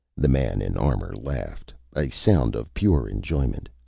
the man in armor laughed, a sound of pure enjoyment.